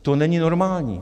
To není normální.